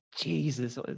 Jesus